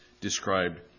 described